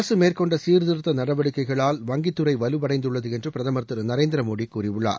அரசு மேற்கொண்ட சீர்திருத்த நடவடிக்கைகளால் வங்கித்துறை வலுவடைந்துள்ளது என்று பிரதமர் திரு நரேந்திர மோடி கூறியுள்ளார்